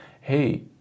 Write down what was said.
hey